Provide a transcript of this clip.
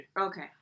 Okay